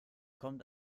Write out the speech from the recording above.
kommt